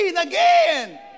again